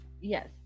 Yes